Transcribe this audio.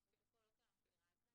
לפרוטוקול לא כי אני לא מכירה אתכם,